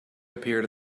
appeared